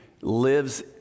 lives